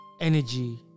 energy